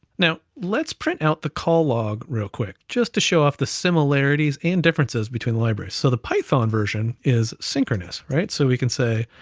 now let's print out the call log real quick just to show off the similarities, and differences between the libraries. so the python version is synchronous, right? so we can say,